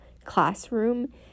classroom